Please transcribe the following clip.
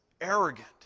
arrogant